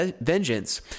vengeance